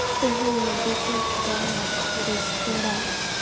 ᱛᱮᱦᱤᱧ ᱵᱤᱥᱮᱥ ᱡᱚᱢᱟᱜ ᱨᱮᱸᱥᱛᱚᱨᱟ